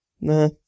Nah